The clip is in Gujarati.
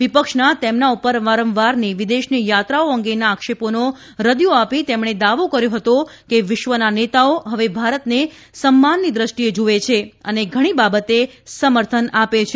વિપક્ષના તેમના ઉપર વારંવારની વિદેશની યાત્રાઓ અંગેના આક્ષેપોનો રદિયો આપી તેમણે દાવો કર્યો હતો કે વિશ્વના નેતાઓ હવે ભારતને સન્માનની દેષ્ટિએ જુએ છે અને ઘણી બાબતે સમર્થન આપે છે